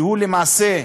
שהוא למעשה מנהל,